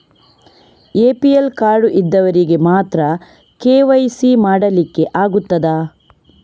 APL card ಇದ್ದವರಿಗೆ ಮಾತ್ರ KYC ಮಾಡಲಿಕ್ಕೆ ಆಗುತ್ತದಾ?